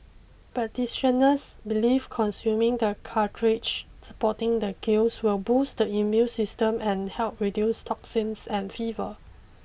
practitioners believe consuming the cartridge supporting the gills will boost the immune system and help reduce toxins and fever